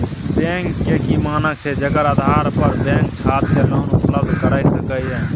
Bank के की मानक छै जेकर आधार पर बैंक छात्र के लोन उपलब्ध करय सके ये?